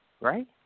Right